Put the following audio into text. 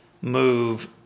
move